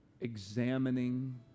examining